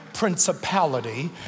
Principality